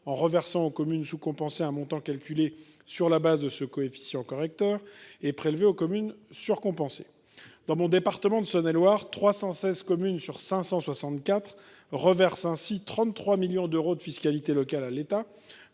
en reversant aux communes sous compensées un montant calculé sur la base d’un coefficient correcteur et prélevé aux communes surcompensées. Dans mon département, la Saône et Loire, 316 communes sur 564 reversent ainsi 33 millions d’euros de fiscalité locale à l’État,